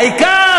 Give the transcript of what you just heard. העיקר,